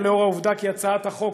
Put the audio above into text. ולאור העובדה שהצעת החוק,